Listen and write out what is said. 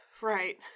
Right